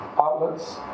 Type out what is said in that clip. outlets